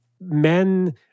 men